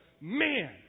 man